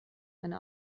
eine